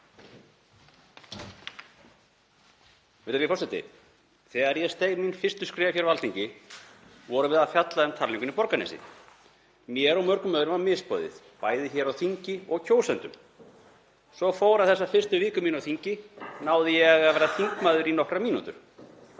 Virðulegi forseti. Þegar ég steig mín fyrstu skref hér á Alþingi vorum við að fjalla um talninguna í Borgarnesi. Mér og mörgum öðrum var misboðið, bæði hér á þingi og kjósendum. Svo fór að þessa fyrstu viku mína á þingi náði ég að vera þingmaður í nokkrar mínútur.